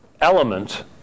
element